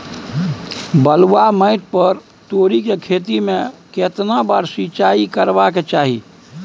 बलुआ माटी पर तोरी के खेती में केतना बार सिंचाई करबा के चाही?